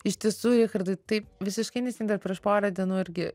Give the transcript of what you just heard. iš tiesų richardai taip visiškai neseniai dar prieš porą dienų irgi